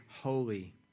holy